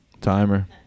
Timer